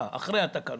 אחרי התקנות,